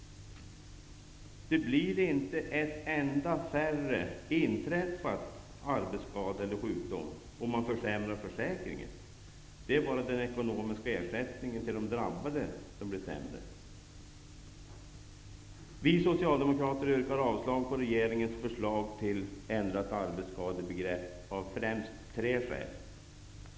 Det blir inte en enda inträffad arbetsskada mindre, eller färre sjukdomsfall, om försäkringen försämras. Det är bara den ekonomiska ersättningen till de drabbade som blir sämre. Vi socialdemokrater yrkar avslag på regeringens förslag till ändrat arbetsskadebegrepp av främst tre skäl.